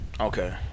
Okay